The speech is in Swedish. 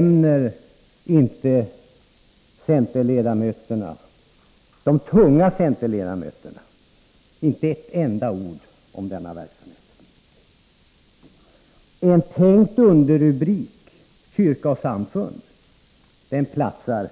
Men inte med ett enda ord berör de tunga centerledamöterna denna verksamhet. En tänkt underrubrik Kyrkor och samfund platsar